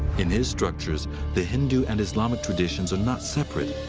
in his structures the hindu and islamic traditions are not separate,